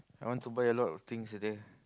I want to buy a lot of things at there